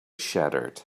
shattered